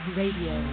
radio